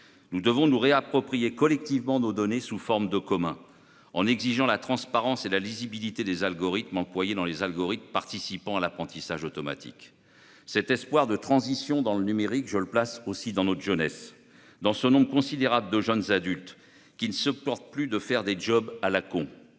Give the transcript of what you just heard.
Nous devons nous réapproprier collectivement nos données sous forme de communs, en exigeant la transparence et la lisibilité des algorithmes participant à l'apprentissage automatique. Cet espoir de transition numérique, je le place aussi dans notre jeunesse, dans ce nombre considérable de jeunes adultes qui ne supportent plus de faire des « jobs à la con